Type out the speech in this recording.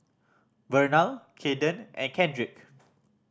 Vernal Kayden and Kendrick